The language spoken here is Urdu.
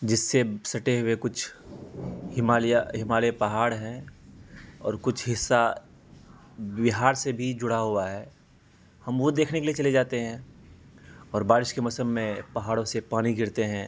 جس سے سٹے ہوئے کچھ ہمالیہ ہمالیہ پہاڑ ہیں اور کچھ حصہ بہار سے بھی جڑا ہوا ہے ہم وہ دیکھنے کے لیے چلے جاتے ہیں اور بارش کے موسم میں پہاڑوں سے پانی گرتے ہیں